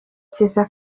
cyiza